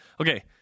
Okay